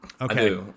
okay